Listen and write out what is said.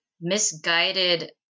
misguided